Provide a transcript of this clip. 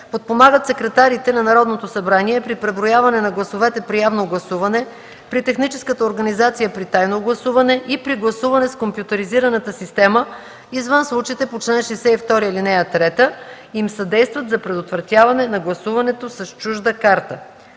подпомагат секретарите на Народното събрание при преброяване на гласовете при явно гласуване, при техническата организация при тайно гласуване и при гласуване с компютъризираната система извън случаите по чл. 62, ал. 3 и им съдействат за предотвратяването на гласуването с чужда карта;